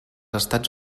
estats